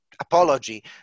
apology